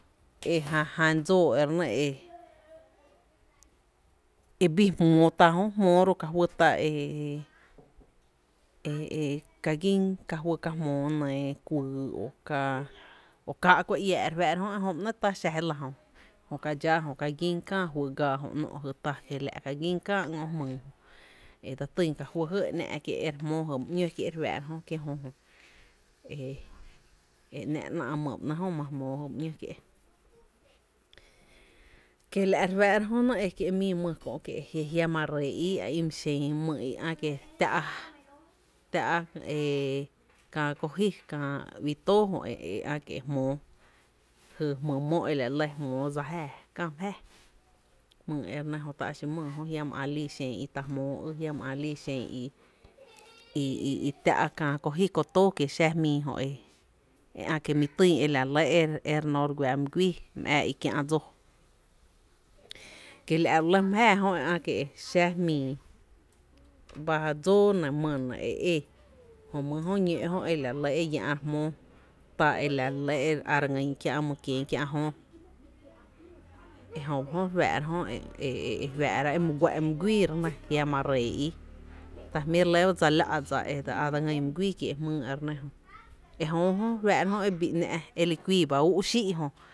E jan jan dsóó e re nɇ e e bii jmóó tá jö, jmóó ka juý ta e e e ka gín ka juý ka jmóó kuyy ka o káá’ kuⱥ iää’ re fⱥ’ra jö ejö ba ‘néé’ ta xa je lⱥ jö jö ka dxáá jö ka gín kää juyy gaa jö¿ ‘nó’ jy ta, kiela’ jö ka gín kä ‘ngö’ jmyy e dse týn fý jy e ‘ná’ kié’ e re jmóó jy my ‘ñó kié’ re fⱥⱥ’ra jö kie’ jö jö e ‘ná’ re ‘ná’ my ba ‘né jö ma re jmóó jy my ‘ñó kie’ kiela’ re fⱥⱥ’ra jö kie’ mii my kö jiama ree íí a i ma xen my i ä’ kié’ e tⱥ’ kä ko jy, kää ui tóó jö e ä’ kie’ e jmóó jy jmy mó e la lɇ jmoo dsa jáaá kä my jáaá, jmyy e re nɇ jö tá’ xi mýyý a jiama ä’ lii xen i ta jmóó, jiama ä’ lii xen i tⱥ’ kä kó ji kó tóó kiee’ xaa jmii jö e ä’ kie’ e mi tyn e la re lɇ e re no re guⱥ my guíí my aä í kiá’ dsóó kila’ ba lɇ my jáaá jö e xaa jmii ba dsóó re nɇ my re nɇ e ee rem y jö ñóó’ jö e la re lɇ e llⱥ’ re jmóó ta ela re lɇ e re á re ngýn kiä’ my kien, kiä’ jöö ejö ba jö re fⱥⱥ’ra jö e e e fⱥⱥ’ra e my guá’n my guíí re nɇ jiama ree íí ta jmí’ re lɇ re dse á dse ngýn my guíí kiee’ jmýý e re nɇ jö e jö ba jö re f ⱥⱥ’ra e bii ‘ná’ e likuii ba úú xii’ jö.